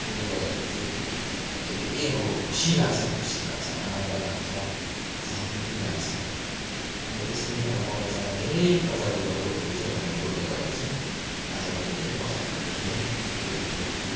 त्यसले गर्दाखेरि चाहिँ धेरै अब खुसी लाग्छ खुसी लाग्छ आनन्द लाग्छ शान्ति लाग्छ अन्त त्यसैले नै अब बगैँचामा धेरै प्रजातिको रुखहरू चाहिँ अब मैले रोप्ने गरेको छु आजभन्दा धेरै वर्ष अगाडिदेखि नै रुखहरू रोप्छु